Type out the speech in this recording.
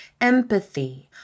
empathy